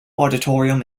auditorium